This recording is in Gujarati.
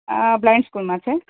હાં બ્લાઇન્ડ સ્કૂલમાં છે